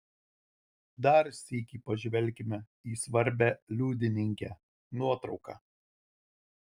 dar sykį pažvelkime į svarbią liudininkę nuotrauką